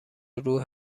روح